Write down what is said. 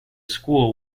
school